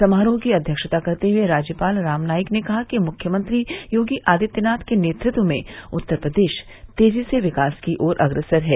समारोह की अध्यक्षता करते हुए राज्यपाल राम नाईक ने कहा कि मुख्यमंत्री योगी आदित्यनाथ के नेतृत्व में उत्तर प्रदेश तेजी से विकास की ओर अग्रसर है